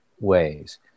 ways